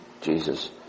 Jesus